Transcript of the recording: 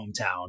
hometown